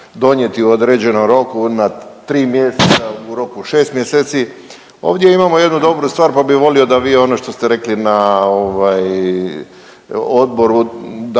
donijeti u određenom roku na 3 mjeseca, u roku 6 mjeseci. Ovdje imao jednu stvar, pa bi volio da vi ono što ste rekli na ovaj odboru da